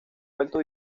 vuelto